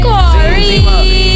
Corey